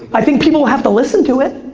i think people have to listen to it.